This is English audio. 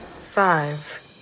Five